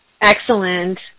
Excellent